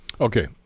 Okay